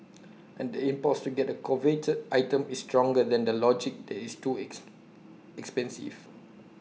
and the impulse to get A coveted item is stronger than the logic that it's too ex expensive